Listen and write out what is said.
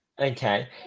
okay